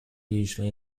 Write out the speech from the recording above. usually